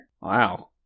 Wow